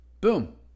boom